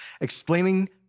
explaining